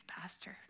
pastor